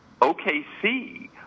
OKC